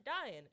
dying